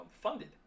funded